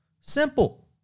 Simple